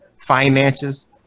finances